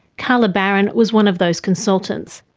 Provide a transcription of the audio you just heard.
carla baron was one of those consultants.